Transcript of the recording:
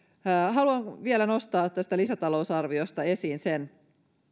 haluan vielä nostaa tästä lisätalousarviosta esiin sen